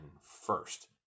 first